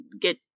get